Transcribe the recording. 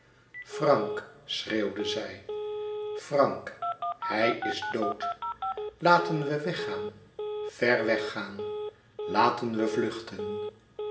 frank schreeuwde zij frank hij is dood laten we weggaan ver weggaan laten we vluchten